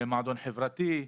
מועדון חברתי,